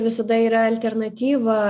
visada yra alternatyva